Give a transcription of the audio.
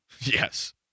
yes